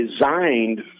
designed